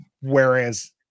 whereas